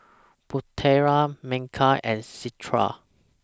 Putera Megat and Citra